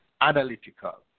analytical